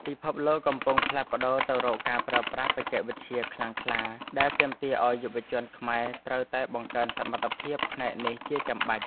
ពិភពលោកកំពុងផ្លាស់ប្តូរទៅរកការប្រើប្រាស់បច្ចេកវិទ្យាខ្លាំងក្លា ដែលទាមទារឱ្យយុវជនខ្មែរត្រូវតែបង្កើនសមត្ថភាពផ្នែកនេះជាចាំបាច់។